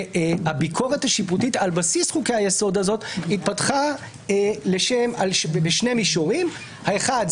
והביקורת השיפוטית על בסיס חוקי היסוד הזה התפתחה בשני מישורים: האחד,